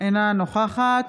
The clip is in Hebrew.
אינה נוכחת